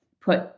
put